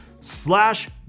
slash